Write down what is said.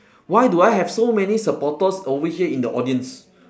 why do I have so many supporters over here in the audience